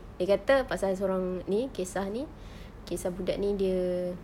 dia kata pasal seorang ini kisah ini kisah budak ini dia